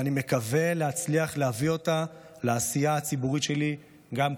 ואני מקווה להצליח להביא אותה לעשייה הציבורית שלי גם כאן,